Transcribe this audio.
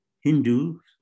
Hindus